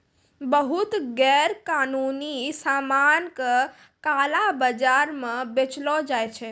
बहुते गैरकानूनी सामान का काला बाजार म बेचलो जाय छै